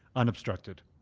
unobstructed.